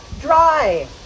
dry